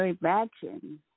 imagine